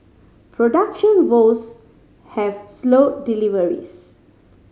production woes have slowed deliveries